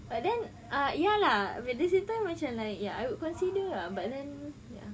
but then ah ya lah but at the same time macam like ya I would consider ah but then ya